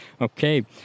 Okay